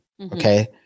okay